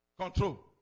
Control